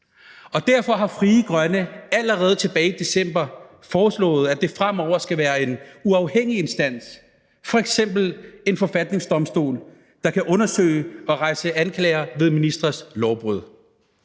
Derfor har Frie Grønne allerede tilbage i december foreslået, at det fremover skal være en uafhængig instans, f.eks. en forfatningsdomstol, der kan undersøge og rejse anklage om ministres lovbrud.